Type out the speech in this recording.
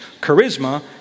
charisma